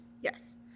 Yes